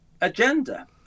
agenda